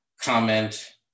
comment